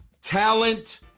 talent